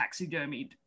taxidermied